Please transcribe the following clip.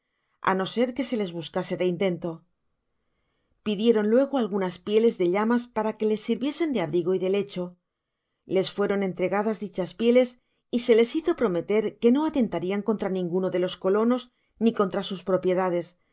á no ser que se les buscase de intento pidieron luego algunas pieles de llamas para que les sirviesen de abrigo y de lecho les fueron entregadas dichas pieles y se les hizo prometer que no atentarian contra ninguno do los colonos ni contra sus propiedades